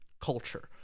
culture